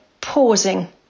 pausing